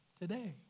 today